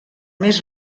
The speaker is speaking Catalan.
més